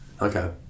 Okay